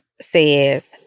says